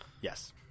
Yes